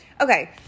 Okay